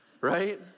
right